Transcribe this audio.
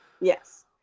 Yes